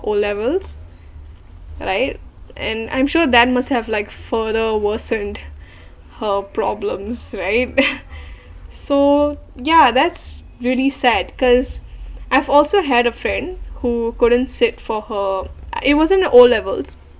O levels right and I'm sure that must have like further worsened her problems right so yeah that's really sad cause I've also had a friend who couldn't sit for her it wasn't O levels